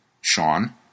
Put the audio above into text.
Sean